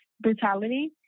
brutality